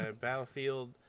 Battlefield